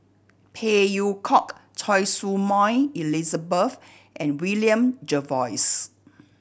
Phey Yew Kok Choy Su Moi Elizabeth and William Jervois